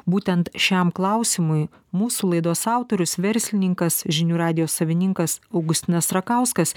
būtent šiam klausimui mūsų laidos autorius verslininkas žinių radijo savininkas augustinas rakauskas